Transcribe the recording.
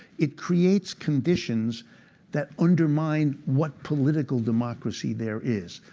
it creates conditions that undermine what political democracy there is.